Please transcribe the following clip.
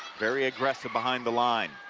very aggressive behind the line.